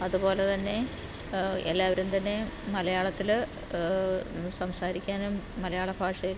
അതുപോലെതന്നെ എല്ലാവരും തന്നെ മലയാളത്തിൽ സംസാരിക്കാനും മലയാളഭാഷയെ